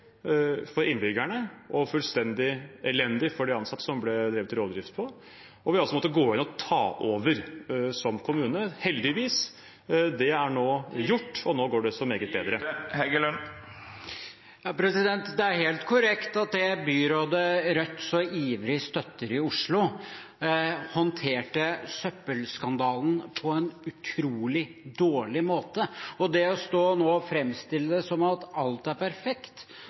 for innbyggerne og fullstendig elendig for de ansatte, som ble drevet rovdrift på, og vi har altså som kommune måttet gå inn og ta over – heldigvis. Det er nå gjort, og nå går det så meget bedre. Det er helt korrekt at det byrådet Rødt så ivrig støtter i Oslo, håndterte søppelskandalen på en utrolig dårlig måte. Det å framstille det som om alt er perfekt når det er det offentlige som styrer alt, er